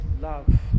love